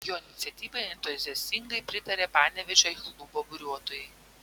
jo iniciatyvai entuziastingai pritarė panevėžio jachtklubo buriuotojai